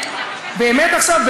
באמת עכשיו,